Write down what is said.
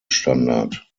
standard